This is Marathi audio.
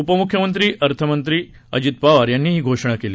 उपमुख्यमंत्री अर्थमंत्री अजित पवार यांनी घोषणा केली